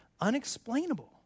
unexplainable